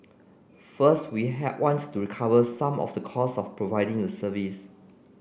first we have want to recover some of the cost of providing the service